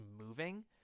moving